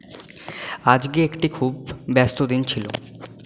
আজকে একটি খুব ব্যস্ত দিন ছিলো